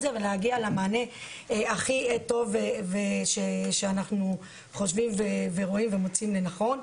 זה ולהגיע למענה הכי טוב שאנחנו חושבים ורואים ומוצאים לנכון.